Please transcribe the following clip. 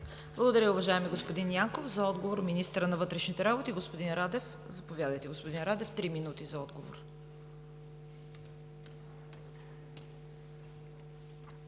Благодаря Ви, уважаеми господин Янков. За отговор – министърът на вътрешните работи господин Радев. Заповядайте, господин Радев – три минути за отговор.